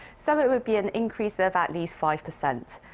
so it would be an increase of at least five percent.